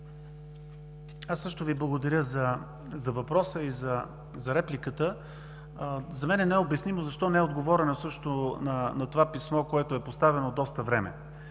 Аз също Ви благодаря за въпроса и за репликата. За мен също е необяснимо защо не е отговорено на това писмо, поставено от доста време.